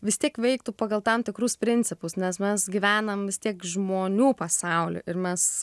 vis tiek veiktų pagal tam tikrus principus nes mes gyvenam vis tiek žmonių pasauly ir mes